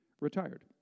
retired